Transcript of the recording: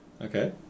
Okay